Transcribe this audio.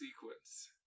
sequence